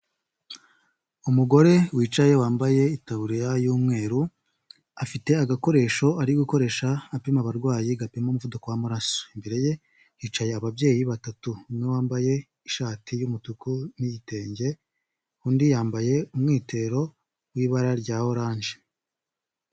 Umugore wicaye wambaye itaburiya y'umweru, afite agakoresho ari gukoresha apima abarwayi gapima umuvuduko w'amaraso, imbere ye hicaye ababyeyi batatu, umwe wambaye ishati y'umutuku n'igitenge, undi yambaye umwitero w'ibara rya oranje.